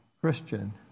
Christian